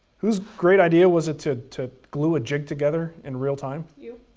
whose great idea was it to to glue a jig together in real time? you.